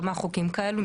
כמה חוקים כאלה.